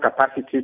capacity